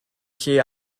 lle